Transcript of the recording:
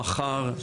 כבוד יושבת הראש,